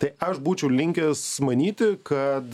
tai aš būčiau linkęs manyti kad